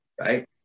right